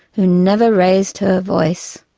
who never raised her voice.